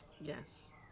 Yes